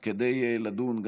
מתנגד אחד, אין נמנעים.